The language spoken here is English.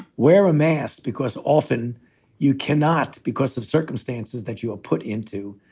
wear a mask, because often you cannot, because of circumstances that you are put into,